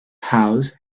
house